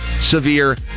severe